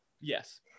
Yes